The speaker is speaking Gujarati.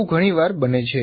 આવું ઘણીવાર બને છે